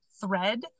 thread